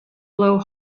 blow